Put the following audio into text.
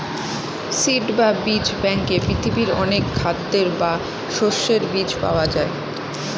seed বা বীজ ব্যাঙ্কে পৃথিবীর অনেক খাদ্যের বা শস্যের বীজ পাওয়া যায়